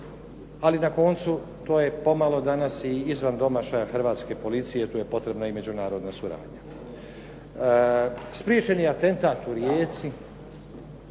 ali na koncu to je pomalo danas i izvan domašaja hrvatske policije, tu je potrebna i međunarodna suradnja. Spriječen je atentat u Rijeci,